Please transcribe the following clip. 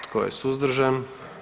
Tko je suzdržan?